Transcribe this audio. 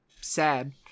sad